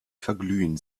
verglühen